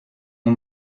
ont